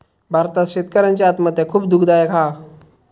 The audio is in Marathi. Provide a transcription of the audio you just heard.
भारतात शेतकऱ्यांची आत्महत्या खुप दुःखदायक हा